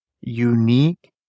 Unique